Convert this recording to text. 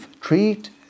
Treat